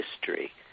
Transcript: history